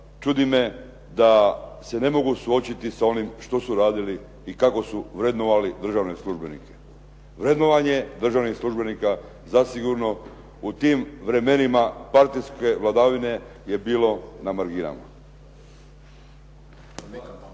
čudi me da se ne mogu suočiti sa onim što su radili i kako su vrednovali državne službenike. Vrednovanje državnih službenika zasigurno u tim vremenima partijske vladavine je bilo na marginama.